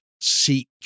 seek